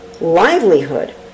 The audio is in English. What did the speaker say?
livelihood